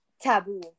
taboo